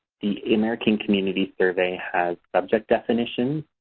the american community survey has subject definitions